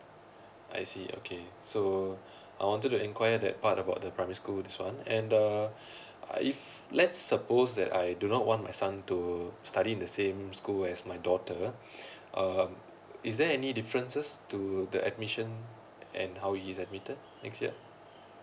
I see okay so I wanted to inquire that part about the primary schools one and the if let's suppose that I do not want my son to study in the same school as my daughter um is there any differences to the admission and how he's admitted next year